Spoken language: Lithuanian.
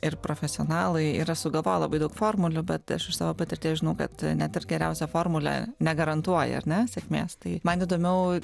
ir profesionalai yra sugalvoję labai daug formulių bet aš iš savo patirties žinau kad net ir geriausia formulė negarantuoja ar ne sėkmės tai man įdomiau